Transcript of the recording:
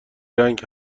رنگ